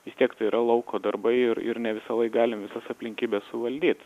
vis tiek tai yra lauko darbai ir ir ne visąlaik galim visas aplinkybes suvaldyt